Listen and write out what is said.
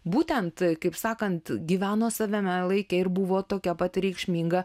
būtent kaip sakant gyveno savame laike ir buvo tokia pat reikšminga